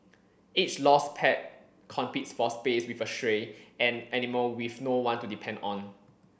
each lost pet competes for space with a stray an animal with no one to depend on